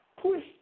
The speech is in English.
push